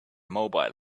mobile